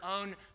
own